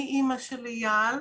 אני אימא של איל.